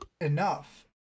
enough